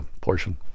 portion